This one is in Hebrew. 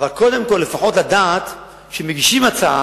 אבל קודם כול לפחות לדעת שמגישים הצעה,